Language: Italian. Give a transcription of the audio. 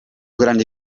grande